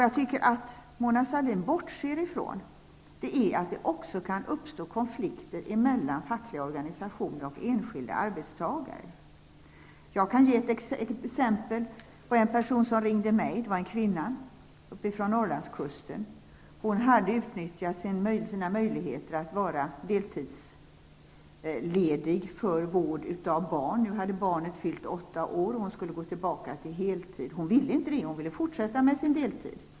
Jag tycker att Mona Sahlin bortser från att det också kan uppstå konflikter mellan fackliga organisationer och enskilda arbetstagare. Jag kan ge ett exempel på en kvinna från Norrlandskusten som ringde till mig tidigare. Hon hade utnyttjat sina möjligheter att vara deltidsledig för vård av barn. Nu hade barnet fyllt åtta år, och hon skulle gå tillbaka till heltid. Men hon ville inte det, utan hon ville fortsätta med sin deltid.